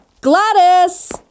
gladys